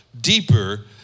deeper